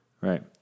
Right